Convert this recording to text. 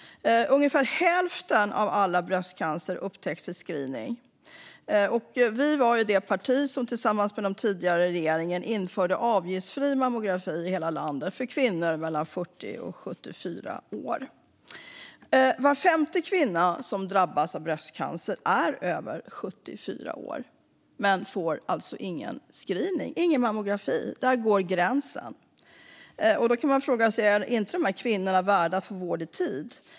Ungefär hälften av alla fall av bröstcancer upptäcks vid screening. Vi var det parti som tillsammans med den tidigare regeringen införde avgiftsfri mammografi i hela landet för kvinnor mellan 40 och 74 år. Var femte kvinna som drabbas av bröstcancer är över 74 år men får alltså ingen screening, ingen mammografi. Där går gränsen. Då kan man fråga sig: Är inte de kvinnorna värda att få vård i tid?